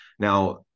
Now